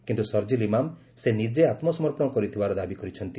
କିନ୍ତୁ ସର୍ଜିଲ୍ ଇମାମ ସେ ନିଜେ ଆତ୍ମସମର୍ପଣ କରିଥିବାର ଦାବି କରିଛନ୍ତି